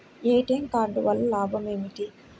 ATM card వల్ల లాభం ఏమిటి?